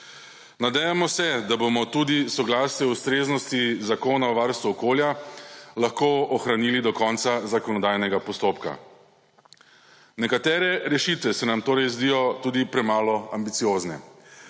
Nadejamo se, da bomo tudi soglasje ustreznosti Zakona o varstvu okolja, lahko ohranili do konca zakonodajnega postopka. Nekatere rešitve se nam torej zdijo tudi premalo ambiciozne.